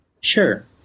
Sure